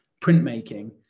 printmaking